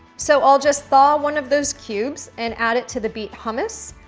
so i'll just thaw one of those cubes and add it to the beet hummus,